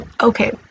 Okay